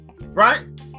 right